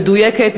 מדויקת,